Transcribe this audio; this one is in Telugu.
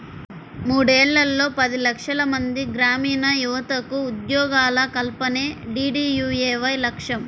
మూడేళ్లలో పది లక్షలమంది గ్రామీణయువతకు ఉద్యోగాల కల్పనే డీడీయూఏవై లక్ష్యం